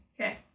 Okay